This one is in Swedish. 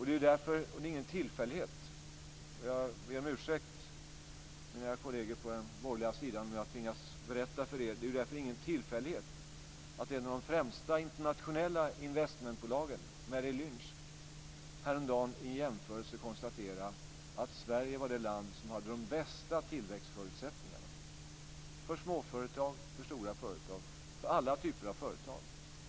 Det är därför ingen tillfällighet - och jag får be mina kolleger på den borgerliga sidan om ursäkt om jag tvingas berätta det för er - att ett av de främsta internationella investmentbolagen, Merril Lynch, häromdagen i en jämförelse konstaterade att Sverige var det land som hade de bästa tillväxtförutsättningarna för småföretag, stora företag och alla typer av företag.